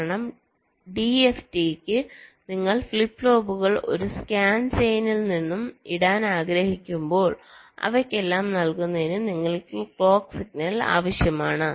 കാരണം ഡിഎഫ്ടിക്ക് നിങ്ങൾ ഫ്ലിപ്പ് ഫ്ലോപ്പുകൾ ഒരു സ്കാൻ ചെയിനിൽ ഇടാൻ ആഗ്രഹിക്കുമ്പോൾ അവയ്ക്കെല്ലാം നൽകുന്നതിന് നിങ്ങൾക്ക് ക്ലോക്ക് സിഗ്നൽ ആവശ്യമാണ്